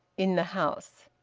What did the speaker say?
in the house.